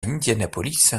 indianapolis